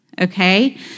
okay